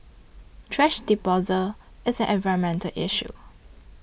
thrash disposal is an environmental issue